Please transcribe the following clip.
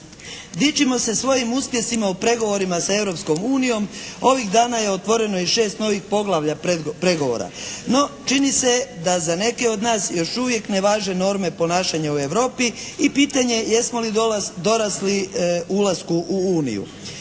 Dičimo se svojim uspjesima u pregovorima sa Europskom unijom. Ovih dana je otvoreno i 6 novih poglavlja pregovora. No čini se da za neke od nas još uvijek ne važe norme ponašanja u Europi i pitanje je jesmo li dorasli ulasku u uniju?